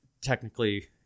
technically